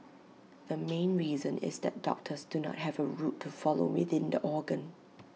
the main reason is that doctors do not have A route to follow within the organ